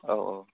औ औ